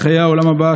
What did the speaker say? לחיי העולם הבא,